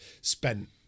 spent